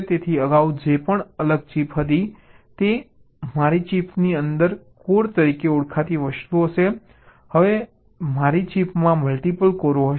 તેથી અગાઉ જે પણ અલગ ચિપ હતી તે મારી ચિપની અંદર કોર તરીકે ઓળખાતી વસ્તુ હશે હવે મારી ચિપમાં મલ્ટીપલ કોરો હશે